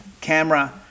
camera